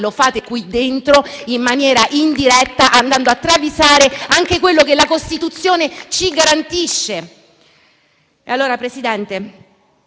Lo fate qui dentro, in maniera indiretta, andando a travisare anche quello che la Costituzione ci garantisce.